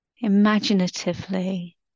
imaginatively